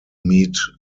meet